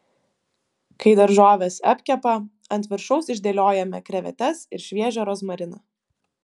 kai daržovės apkepa ant viršaus išdėliojame krevetes ir šviežią rozmariną